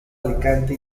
alicante